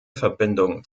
verbindung